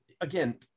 again